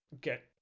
get